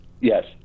yes